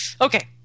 okay